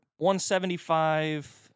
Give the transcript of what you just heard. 175